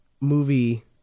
movie